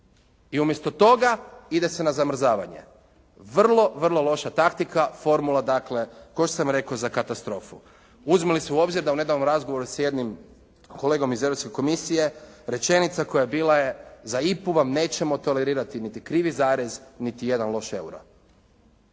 i umjesto toga ide se na zamrzavanje. Vrlo, vrlo loša taktika, formula dakle koju sam rekao za katastrofu. Uzme li se u obzir da u nedavnom razgovoru s jednim kolegom iz Europske komisije, rečenica koja bila je za IPA-u vam nećemo tolerirati niti krivi zarez, niti jedan loš euro.